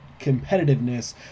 competitiveness